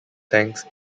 tanks